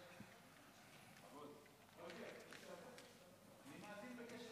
חבר הכנסת מרגי, יושב-ראש